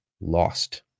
lost